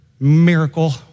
miracle